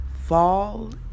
fall